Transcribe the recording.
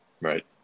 right